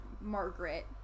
Margaret